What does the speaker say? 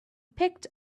picked